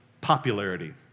popularity